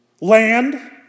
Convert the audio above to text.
Land